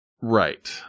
right